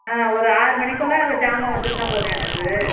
ஆ ஒரு ஆறுமணிக்கெல்லாம் ஜாமான் வந்துட்டுன்னா போதும் எனக்கு